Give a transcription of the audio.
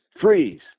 freeze